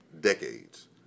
decades